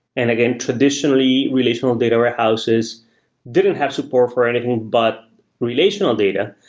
and again, traditionally, relational and data warehouses didn't have support for anything but relational data.